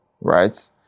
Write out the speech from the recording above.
right